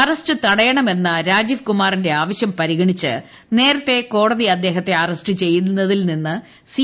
arrest തടയണമെന്ന രാജീവ്കുമാറിന്റെ ആവശ്യം പരിഗണിച്ച് നേരത്തെ കോടതി അദ്ദേഹത്തെ അറസ്റ്റ് ചെയ്യുന്നതിൽ നിന്ന് സി